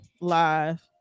live